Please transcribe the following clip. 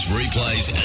replays